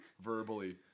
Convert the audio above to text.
verbally